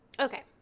Okay